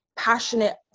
passionate